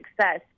success